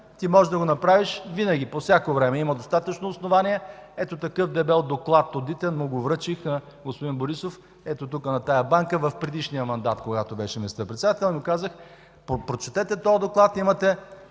Ти можеш да го направиш винаги, по всяко време, има достатъчно основания. Ето такъв дебел одитен доклад (показва с ръка) връчих на господин Борисов, тук, на тази банка, в предишния мандат, когато беше министър-председател, и му казах: „Прочетете този доклад. Имате